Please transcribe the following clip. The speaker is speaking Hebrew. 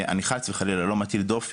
אני חס וחלילה לא מטיל דופי,